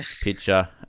picture